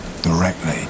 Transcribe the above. directly